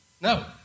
No